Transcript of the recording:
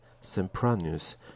Sempronius